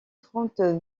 trente